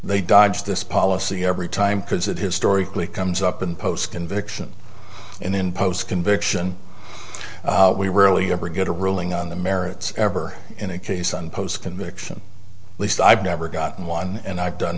they dodge this policy every time because it historically comes up in post conviction and in post conviction we rarely ever get a ruling on the merits ever in a case on post conviction least i've never gotten one and i've done